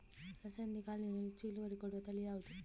ಅಲಸಂದೆ ಕಾಳಿನಲ್ಲಿ ಹೆಚ್ಚು ಇಳುವರಿ ಕೊಡುವ ತಳಿ ಯಾವುದು?